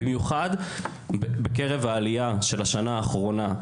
במיוחד בקרב העלייה של השנה האחרונה;